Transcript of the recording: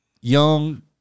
Young